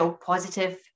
positive